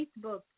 Facebook